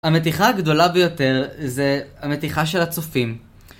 המתיחה הגדולה ביותר זה המתיחה של הצופים